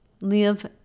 live